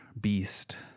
Beast